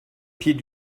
pieds